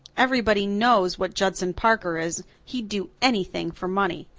everybody knows what judson parker is. he'd do anything for money.